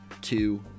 two